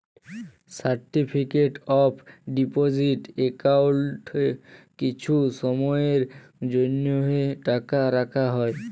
certificate of deposit একাউল্টে কিছু সময়ের জ্যনহে টাকা রাখা হ্যয়